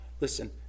Listen